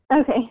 Okay